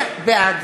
בעד